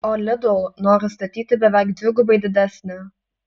o lidl nori statyti beveik dvigubai didesnę